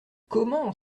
comment